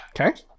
Okay